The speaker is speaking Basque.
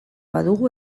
badugu